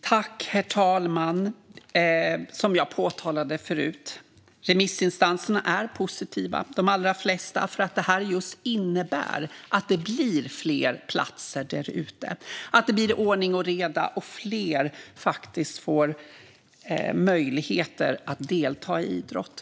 Herr talman! Som jag påpekade tidigare är de allra flesta av remissinstanserna positiva, just för att förslaget innebär att det blir fler platser där ute. Det blir ordning och reda, och fler får möjligheter att delta i idrott.